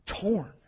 torn